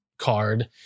Card